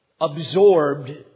absorbed